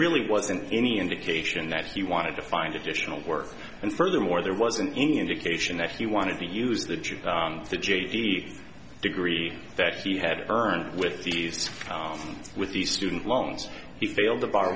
really wasn't any indication that he wanted to find additional work and furthermore there wasn't any indication that he wanted to use the the j d degree that he had earned with these with these student loans he failed the bar